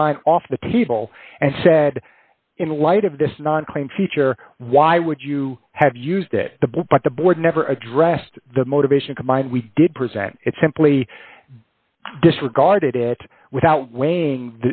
combined off the table and said in light of this non claim feature why would you have used it the ball but the board never addressed the motivation combined we did present it simply disregarded it without weighing